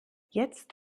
jetzt